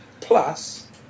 plus